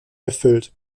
erfüllt